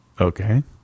Okay